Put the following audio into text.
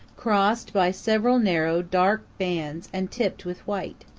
crossed by several narrow dark bands and tipped with white.